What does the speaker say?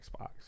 Xbox